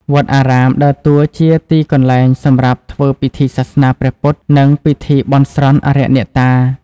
វត្តអារាម ដើរតួជាទីកន្លែងសម្រាប់ធ្វើពិធីសាសនាព្រះពុទ្ធ និងពិធីបន់ស្រន់អារក្សអ្នកតា។